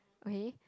okay